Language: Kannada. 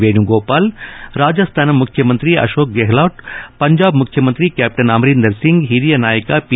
ವೇಣುಗೋಪಾಲ್ ರಾಜಸ್ಥಾನ ಮುಖ್ಯಮಂತ್ರಿ ಅಶೋಕ್ ಗೆಹ್ಲೋಟ್ ಪಂಜಾಬ್ ಮುಖ್ಯಮಂತ್ರಿ ಕ್ಯಾಪ್ರನ್ ಅಮರಿಂದರ್ ಸಿಂಗ್ ಹಿರಿಯ ನಾಯಕ ಪಿ